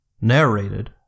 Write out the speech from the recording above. Narrated